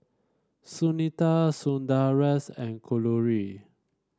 Sunita Sundaresh and Kalluri